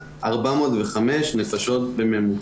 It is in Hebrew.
405 נפשות בממוצע.